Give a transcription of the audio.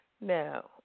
Now